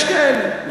יש כאלה.